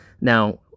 Now